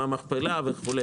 מה המכפלה וכו'.